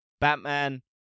Batman